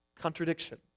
contradiction